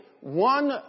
one